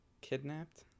kidnapped